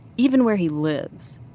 even where he lives.